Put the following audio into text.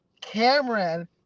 Cameron